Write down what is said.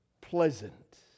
pleasant